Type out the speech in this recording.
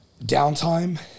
downtime